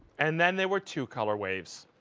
and then there were two color waves.